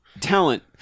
talent